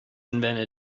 invented